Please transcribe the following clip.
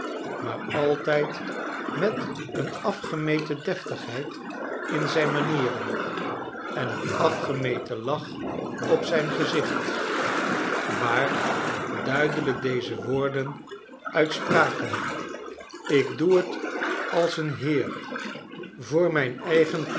maar altyd met een afgemeten deftigheid in zijn manieren en een afgemeten lach op zijn gezicht waar duidelijk deze woorden uit spraken ik doe t als n heer voor mijn eigen